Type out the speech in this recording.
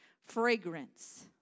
fragrance